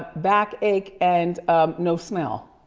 back ache, and no smell?